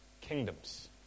kingdoms